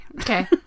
Okay